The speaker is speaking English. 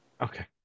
Okay